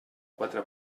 quatre